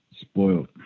spoiled